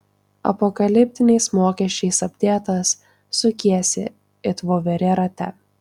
apokaliptiniais mokesčiais apdėtas sukiesi it voverė rate